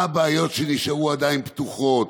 מה הבעיות שנשארו עדיין פתוחות?